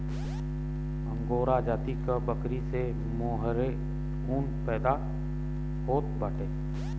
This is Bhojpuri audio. अंगोरा जाति क बकरी से मोहेर ऊन पैदा होत बाटे